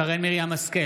נגד שרן מרים השכל,